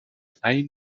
ein